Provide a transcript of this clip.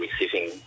receiving